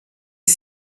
est